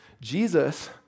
Jesus